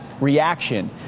reaction